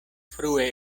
frue